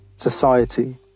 society